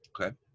Okay